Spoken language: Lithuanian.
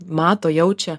mato jaučia